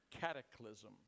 cataclysm